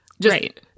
Right